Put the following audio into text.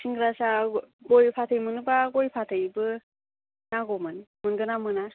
सिंग्रा साहा गय फाथै मोनोब्ला गय फाथैबो नांगौमोन मोनगोना मोना